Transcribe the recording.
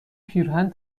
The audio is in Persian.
پیرهن